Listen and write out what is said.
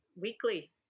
weekly